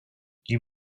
you